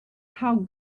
how